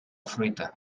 fruita